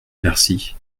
bercy